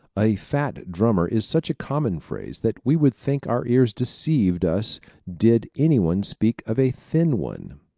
a fat drummer is such a common phrase that we would think our ears deceived us did anyone speak of a thin one.